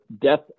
death